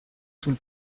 sul